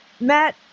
Matt